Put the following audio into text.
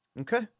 Okay